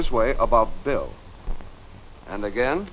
this way about bill and again